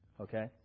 Okay